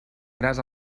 gras